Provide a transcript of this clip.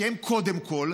שהם קודם כול,